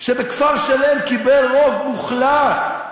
שבכפר-שלם קיבל רוב מוחלט,